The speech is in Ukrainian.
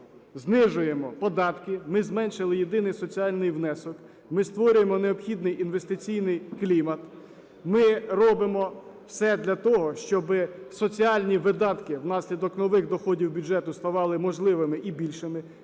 знижуємо податки, ми зменшили єдиний соціальний внесок, ми створюємо необхідний інвестиційний клімат, ми робимо все для того, щоб соціальні видатки, внаслідок нових доходів бюджету, ставали можливими і більшими.